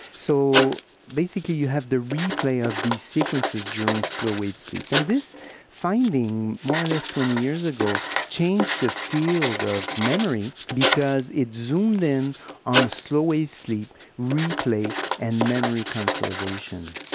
so basically you have the replay of these sequences during slow wave sleep. and this finding, more or less twenty years ago, changed the field of memory because it zoomed in on slow wave sleep, replay and memory consolidation.